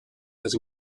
has